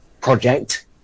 project